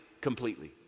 completely